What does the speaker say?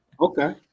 okay